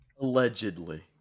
allegedly